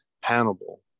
Hannibal